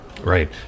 Right